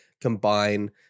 combine